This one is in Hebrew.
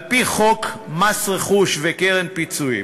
על-פי חוק מס רכוש וקרן פיצויים